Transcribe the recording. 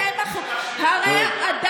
אתם הרי, המחבלים שלך שיהיו בני אדם.